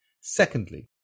Secondly